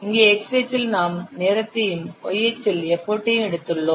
இங்கே x அச்சில் நாம் நேரத்தையும் y அச்சில் எஃபர்டையும் எடுத்துள்ளோம்